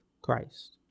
Christ